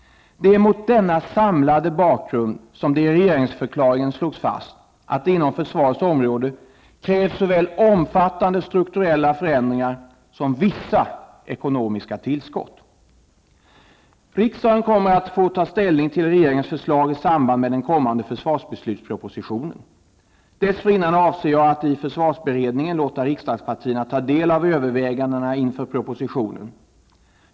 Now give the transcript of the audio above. Det är mot denna samlade bakgrund som det i regeringsförklaringen slogs fast, att det inom försvarets område krävs såväl omfattande strukturella förändringar som vissa ekonomiska tillskott. Riksdagen kommer att få ta ställning till regeringens förslag i samband med den kommande försvarsbeslutspropositionen. Dessförinnan avser jag att i försvarsberedningen låta riksdagspartierna ta del av övervägandena inför propositionen.